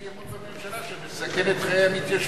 סליחה?